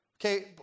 Okay